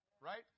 right